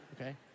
okay